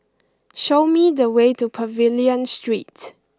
show me the way to Pavilion Street